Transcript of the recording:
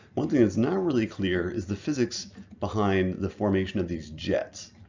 one thing that's not really clear is the physics behind the formation of these jets.